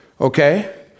okay